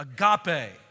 Agape